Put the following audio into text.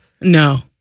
No